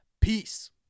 Peace